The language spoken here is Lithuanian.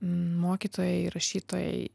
mokytojai rašytojai